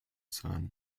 sein